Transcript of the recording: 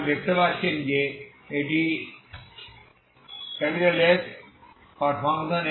সুতরাং আপনি দেখতে পাচ্ছেন যে এটি Sxt